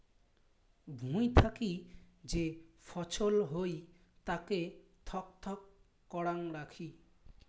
ভুঁই থাকি যে ফছল হই তাকে থক থক করাং রাখি